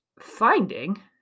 finding